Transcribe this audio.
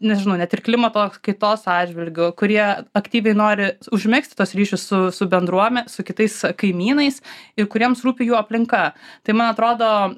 nežinau net ir klimato kaitos atžvilgiu kurie aktyviai nori užmegzti tuos ryšius su su bendruomene su kitais kaimynais ir kuriems rūpi jų aplinka tai man atrodo